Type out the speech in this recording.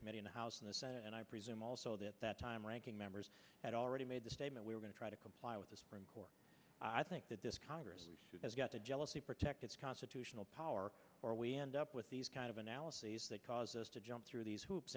committee in the house and the senate and i presume also that that time ranking members had already made the statement we're going to try to comply with the supreme court i think that this congress has got to jealously protect its constitutional power or we end up with these kind of analyses that cause us to jump through these hoops